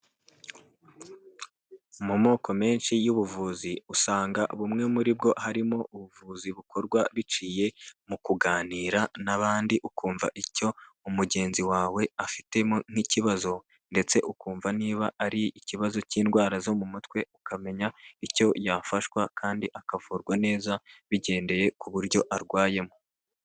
Mu moko menshi y'ubuvuzi usanga bumwe muri bwo harimo ubuvuzi bukorwa biciye mu kuganira n'abandi ukumva icyo mugenzi wawe afitemo nk'ikibazo ndetse ukumva niba ari ikibazo cy'indwara zo mu mutwe ukamenya icyo yafashwa kandi akavurwa neza bigendeye ku buryo arwayemo.